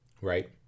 Right